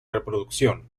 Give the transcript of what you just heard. reproducción